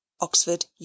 Oxford